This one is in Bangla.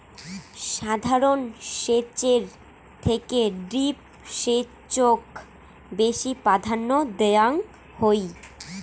সাধারণ সেচের থেকে ড্রিপ সেচক বেশি প্রাধান্য দেওয়াং হই